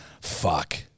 Fuck